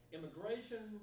Immigration